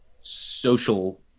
social